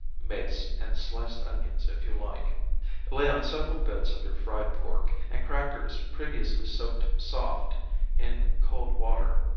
mace, and sliced onions if you like lay on several bits of your fried pork, and crackers previously soaked soft in cold water.